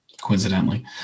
coincidentally